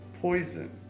poison